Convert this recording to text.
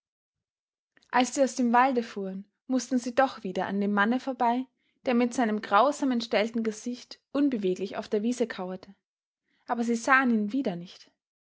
als sie aus dem walde fuhren mußten sie doch wieder an dem manne vorbei der mit seinem grausam entstellten gesicht unbeweglich auf der wiese kauerte aber sie sahen ihn wieder nicht